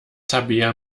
tabea